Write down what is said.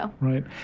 right